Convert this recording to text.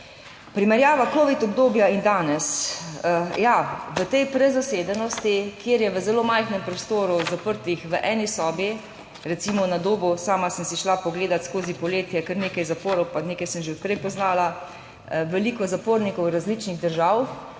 Primerjava covid obdobja in danes? Ja, v tej prezasedenosti, kjer je v zelo majhnem prostoru zaprtih v eni sobi 14. TRAK (VI) 18.05 (nadaljevanje) recimo na Dobu, sama sem si šla pogledat skozi poletje kar nekaj zaporov, pa nekaj sem že od prej poznala, veliko zapornikov različnih držav,